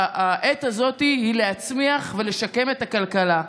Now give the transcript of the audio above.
העת הזאת היא להצמיח ולשקם את הכלכלה,